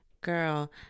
girl